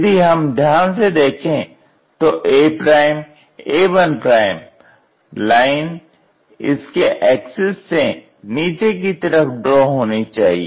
यदि हम ध्यान से देखें तो aa1 लाइन इसके एक्सिस से नीचे की तरफ ड्रॉ होनी चाहिए